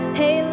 hey